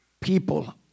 People